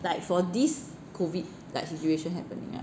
like for this COVID like situation happening right